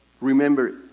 remember